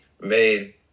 made